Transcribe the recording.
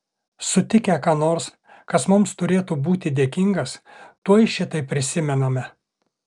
sutikę ką nors kas mums turėtų būti dėkingas tuoj šitai prisimename